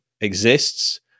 exists